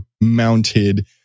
mounted